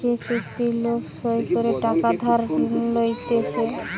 যে চুক্তি লোক সই করে টাকা ধার লইতেছে